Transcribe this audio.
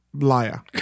liar